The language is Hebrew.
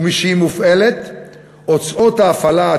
ומשהיא מופעלת הוצאות ההפעלה,